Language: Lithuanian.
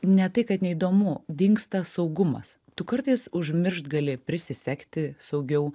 ne tai kad neįdomu dingsta saugumas tu kartais užmiršt gali prisisegti saugiau